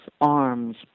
arms